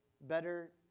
better